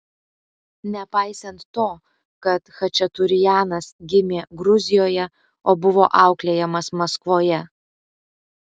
nepaisant to kad chačaturianas gimė gruzijoje o buvo auklėjamas maskvoje